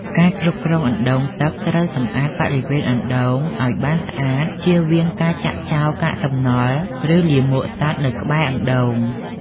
ការគ្រប់គ្រងអណ្ដូងទឹកត្រូវសម្អាតបរិវេណអណ្ដូងឲ្យបានស្អាត ជៀសវាងការចាក់ចោលកាកសំណល់ ឬលាមកសត្វនៅក្បែរអណ្ដូង។